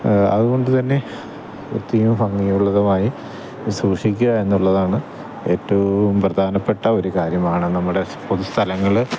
അതുകൊണ്ടുതന്നെ വൃത്തിയും ഭംഗിയുള്ളതുമായി സൂക്ഷിക്കുക എന്നുള്ളതാണ് ഏറ്റവും പ്രധാനപ്പെട്ട ഒരു കാര്യമാണ് നമ്മുടെ പൊതുസ്ഥലങ്ങള്